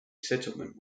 settlement